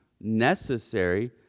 necessary